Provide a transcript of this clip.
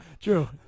True